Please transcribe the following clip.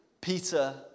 Peter